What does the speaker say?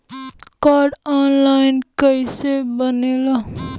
Card online कइसे बनेला?